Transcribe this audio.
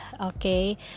okay